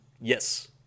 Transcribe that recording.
yes